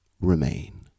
remain